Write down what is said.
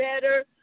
better